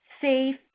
safe